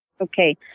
Okay